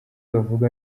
bavuga